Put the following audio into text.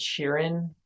Sheeran